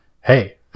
Hey